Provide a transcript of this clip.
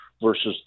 Versus